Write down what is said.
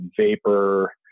vapor